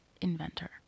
Inventor